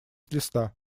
листа